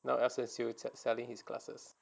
now elson is still selling his classes